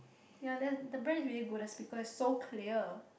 ya that the brand is really good the speaker is so clear